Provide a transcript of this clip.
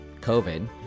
COVID